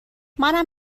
منم